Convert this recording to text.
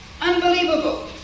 Unbelievable